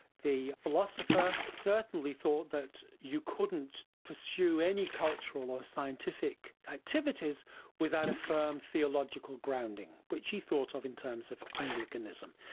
the philosopher, certainly thought that you couldn't pursue any cultural or scientific activities without a firm theological grounding, which he thought of in terms of anglicanism.